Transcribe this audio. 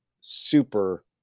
super